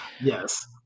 Yes